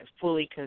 fully